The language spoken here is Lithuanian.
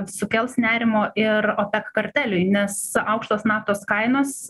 sukels nerimo ir opek karteliui nes aukštos naftos kainos